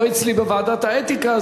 לא אצלי בוועדת האתיקה,